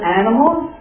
animals